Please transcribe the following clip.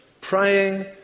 praying